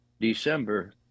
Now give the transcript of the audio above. December